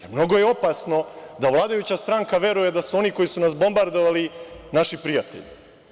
Mnogo je opasno da vladajuća stranka veruje da su oni koji su nas bombardovali naši prijatelji.